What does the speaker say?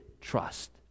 trust